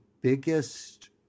biggest